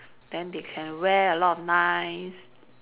then they can wear a lot of nice